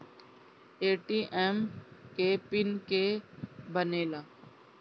ATM के pin के के बनेला?